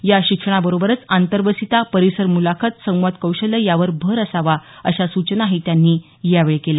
या शिक्षणाबरोबरच आंतरवसिता परिसर मुलाखत संवाद कौशल्य यावर भर असावा अशा सूचना त्यांनी यावेळी केल्या